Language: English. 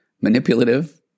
manipulative